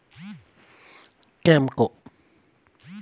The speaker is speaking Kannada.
ನಾನು ಅಡಿಕೆಯನ್ನು ಎಲ್ಲಿ ಮಾರಿದರೆ ನನಗೆ ಜಾಸ್ತಿ ಲಾಭ ಬರುತ್ತದೆ?